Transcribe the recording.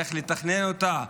איך לתכנן לה,